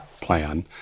plan